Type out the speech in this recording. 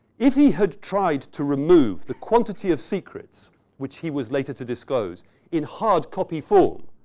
if he had tried to remove the quantity of secrets which he was later to disclose in hard copy form,